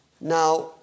Now